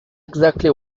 exactly